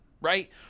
Right